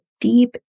deep